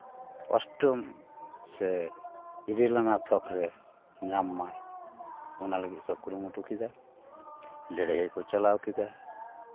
ᱚᱥᱴᱚᱢ ᱥᱮ ᱤᱨᱟᱹᱞ ᱟᱱᱟᱜ ᱛᱷᱚᱠ ᱨᱮ ᱧᱟᱢ ᱢᱟᱭ ᱚᱱᱟ ᱞᱟᱹᱜᱤᱫ ᱠᱚ ᱠᱩᱨᱩᱢᱩᱴᱩ ᱠᱮᱫᱟ ᱞᱟᱹᱲᱦᱟᱹᱭ ᱠᱚ ᱪᱟᱞᱟᱣ ᱠᱮᱫᱟ